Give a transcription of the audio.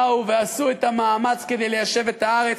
באו ועשו את המאמץ כדי ליישב את הארץ,